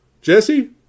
Jesse